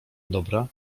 dobra